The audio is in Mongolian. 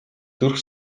зүрх